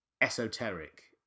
esoteric